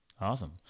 Awesome